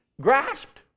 grasped